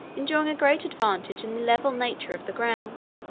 enjoying a great advantage in the level nature of the ground.